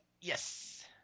Yes